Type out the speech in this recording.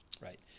right